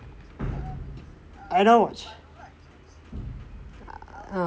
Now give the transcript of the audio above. I never watch ah